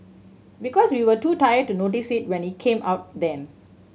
because we were too tired to notice it when it came out then